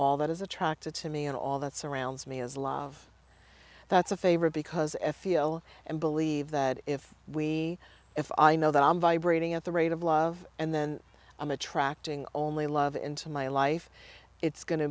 all that is attracted to me and all that surrounds me is love that's a favor because a feel and believe that if we if i know that i'm vibrating at the rate of love and then i'm attracting only love into my life it's go